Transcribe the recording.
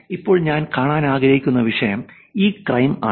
ഇപ്പോൾ ഞാൻ കാണാൻ ആഗ്രഹിക്കുന്ന വിഷയം ഇ ക്രൈം ആണ്